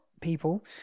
People